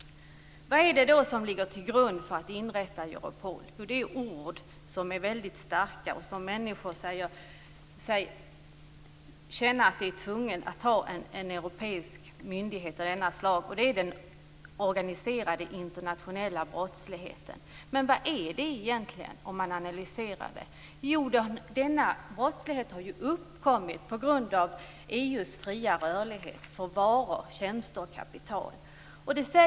Vad är det då som ligger till grund för att inrätta Europol? Jo, det är starka ord som gör att människor känner sig tvungna att inrätta en europeisk myndighet av detta slag, nämligen den organiserade internationella brottsligheten. Vad är den egentligen? En analys visar att denna brottslighet har uppkommit på grund av den fria rörligheten för varor, tjänster och kapital inom EU.